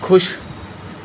ਖੁਸ਼